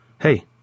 Hey